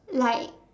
like